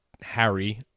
harry